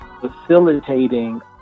facilitating